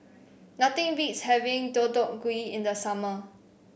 nothing beats having Deodeok Gui in the summer